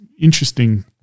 Interesting